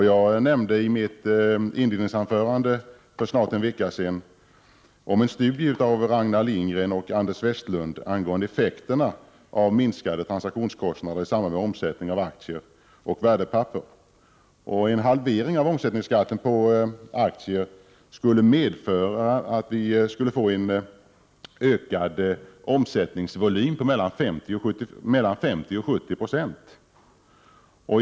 Jag nämnde i mitt inledningsanförande för snart en vecka sedan en studie av Ragnar Lindgren och Anders Westlund angående effekterna av minskade transaktionskostnader i samband med omsättning av aktier och värdepapper. Studien visar att en halvering av omsättningsskatten på aktier skulle medföra en ökad omsättningsvolym på mellan 50 och 70 96.